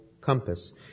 compass